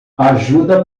ajuda